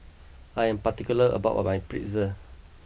I am particular about my Pretzel